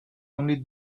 only